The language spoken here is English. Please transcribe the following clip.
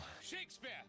Shakespeare